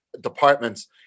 departments